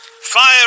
Fire